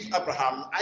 abraham